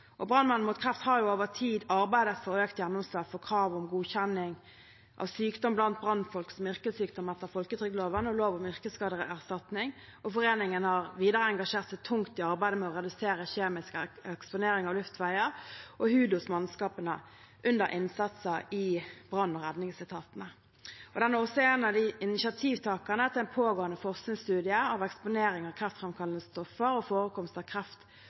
Mot Kreft har over tid arbeidet for økt gjennomslag for krav om godkjenning av sykdom blant brannfolk som yrkessykdom etter folketrygdloven og lov om yrkesskadeerstatning, og foreningen har videre engasjert seg tungt i arbeidet med å redusere kjemisk eksponering av luftveier og hud hos mannskapene under innsatser i brann- og redningsetatene. Den er også en av initiativtakerne til en pågående forskningsstudie av eksponering av kreftframkallende stoffer og forekomst av